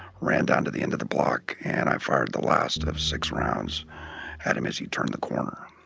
ran down to the end of the block, and i fired the last of six rounds at him as he turned the corner.